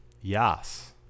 Yes